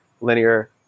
linear